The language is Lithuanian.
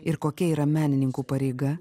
ir kokia yra menininkų pareiga